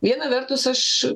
viena vertus aš